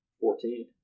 Fourteen